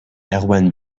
erwann